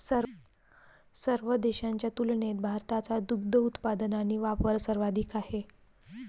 सर्व देशांच्या तुलनेत भारताचा दुग्ध उत्पादन आणि वापर सर्वाधिक आहे